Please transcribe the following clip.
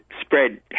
spread